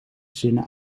zinnen